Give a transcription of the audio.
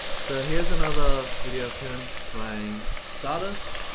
so here's another video of him playing czardas.